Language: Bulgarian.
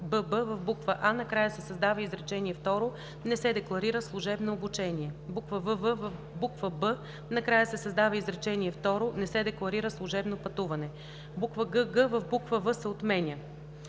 бб) в буква „а“ накрая се създава изречение второ: „Не се декларира служебно обучение.“; вв) в буква „б“ накрая се създава изречение второ: „Не се декларира служебно пътуване.“; гг) буква „в“ се отменя;